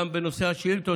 גם בנושא השאילתות,